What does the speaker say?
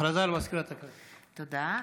תודה.